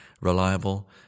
reliable